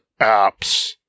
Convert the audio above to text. apps